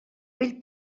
vell